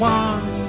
one